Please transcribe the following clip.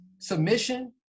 submission